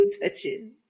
touching